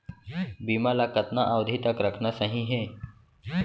बीमा ल कतना अवधि तक रखना सही हे?